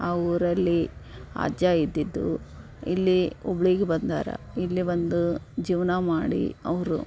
ಆ ಊರಲ್ಲಿ ಅಜ್ಜ ಇದ್ದಿದ್ದು ಇಲ್ಲಿ ಹುಬ್ಳಿಗ್ ಬಂದಾರ ಇಲ್ಲಿ ಬಂದು ಜೀವನ ಮಾಡಿ ಅವರು